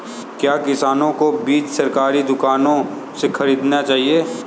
क्या किसानों को बीज सरकारी दुकानों से खरीदना चाहिए?